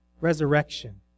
resurrection